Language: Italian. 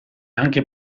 anche